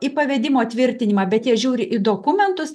į pavedimo tvirtinimą bet jie žiūri į dokumentus